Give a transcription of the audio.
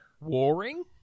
warring